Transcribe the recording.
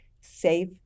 safe